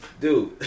dude